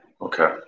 Okay